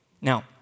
Now